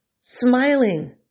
smiling